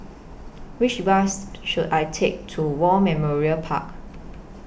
Which Bus should I Take to War Memorial Park